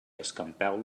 escampeu